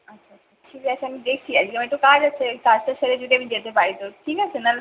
আচ্ছা আচ্ছা ঠিক আছে আমি দেখছি আজকে আমার একটু কাজ আছে কাজটা সেরে যদি আমি যেতে পারি তো ঠিক আছে না হলে